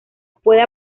puede